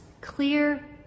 clear